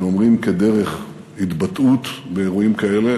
שאומרים כדרך התבטאות באירועים כאלה.